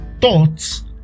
thoughts